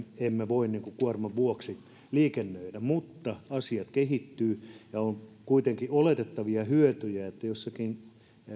emme voi kuorman vuoksi liikennöidä mutta asiat kehittyvät ja tällä on kuitenkin oletettavia hyötyjä joissakin